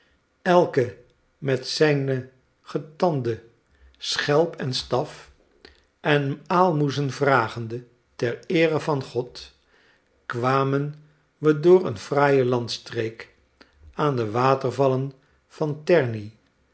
elk met zijne getande schelp en staf en aalmoezen vragende ter eere van god kwamen we door eene fraaie landstreek aan de watervallen van